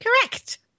Correct